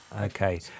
Okay